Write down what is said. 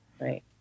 Right